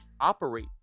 operate